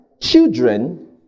children